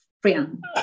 friend